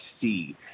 see